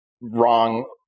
wrong